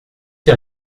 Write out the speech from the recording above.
ces